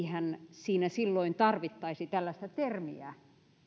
siinä silloin tarvittaisi tällaista termiä